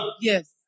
Yes